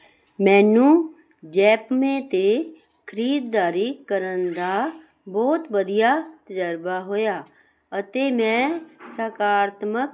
ਮੈਨੂੰ ਯੈਪਮੇ 'ਤੇ ਖਰੀਦਦਾਰੀ ਕਰਨ ਦਾ ਬਹੁਤ ਵਧੀਆ ਤਜਰਬਾ ਹੋਇਆ ਅਤੇ ਮੈਂ ਸਕਾਰਾਤਮਕ